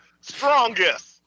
Strongest